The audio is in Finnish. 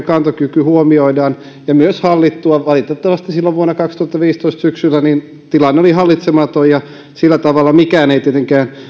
kantokyky huomioidaan valitettavasti silloin vuonna kaksituhattaviisitoista syksyllä tilanne oli hallitsematon ja sillä tavalla mikään ei tietenkään